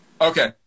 Okay